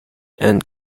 and